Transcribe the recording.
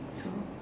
so